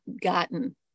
gotten